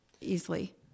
easily